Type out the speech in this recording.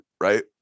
Right